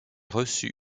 reçu